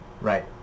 Right